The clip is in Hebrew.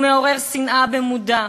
הוא מעורר שנאה במודע.